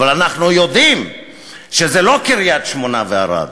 אבל אנחנו יודעים שזה לא קריית-שמונה וערד,